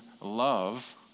love